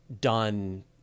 done